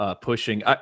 pushing